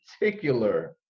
particular